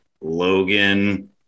Logan